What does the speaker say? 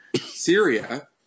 Syria